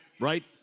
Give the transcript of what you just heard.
right